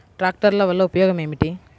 ట్రాక్టర్ల వల్ల ఉపయోగం ఏమిటీ?